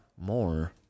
More